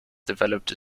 developed